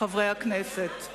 חברי הכנסת,